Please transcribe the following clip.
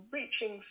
reaching